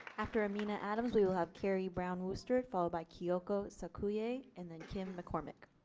after amina adams we'll we'll have kerri brown wooster followed by kiyoshi sakauye and then kim mccormack.